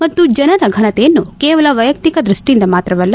ಮತ್ತು ಜನರ ಫನತೆಯನ್ನು ಕೇವಲ ವ್ಯೆಯಕ್ತಿಕ ದೃಷ್ಟಿಯಿಂದ ಮಾತ್ರವಲ್ಲ